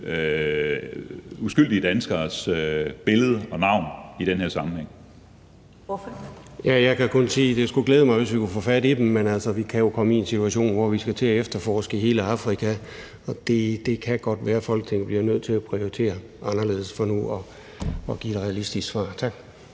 Ellemann): Ordføreren. Kl. 13:50 Preben Bang Henriksen (V): Jeg kan kun sige, at det skulle glæde mig, hvis vi kunne få fat i dem, men vi kan jo altså komme i en situation, hvor vi skal til at efterforske i hele Afrika, og det kan godt være, at Folketinget bliver nødt til at prioritere anderledes, for nu at give et realistisk svar. Tak.